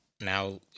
now